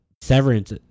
Severance